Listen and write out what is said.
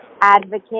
advocate